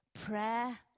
Prayer